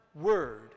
word